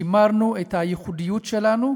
שימרנו את הייחודיות שלנו,